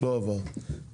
הצבעה ההסתייגות לא התקבלה.